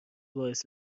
باعث